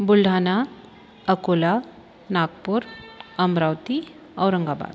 Buldhana Akola Nagpur Amravati Aurangabad